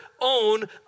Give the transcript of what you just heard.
own